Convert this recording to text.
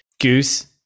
Goose